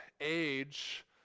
age